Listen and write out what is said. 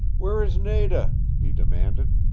where is nada? he demanded.